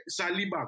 Saliba